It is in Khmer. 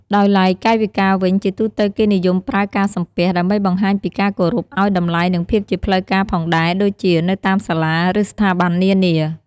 ដោយឡែកកាយវិការវិញ ជាទូទៅគេនិយមប្រើការសំពះ ដើម្បីបង្ហាញពីការគោរព ឱ្យតម្លៃ និងភាពជាផ្លូវការផងដែរ ដូចជា នៅតាមសាលា ឬ ស្ថាប័ននានា។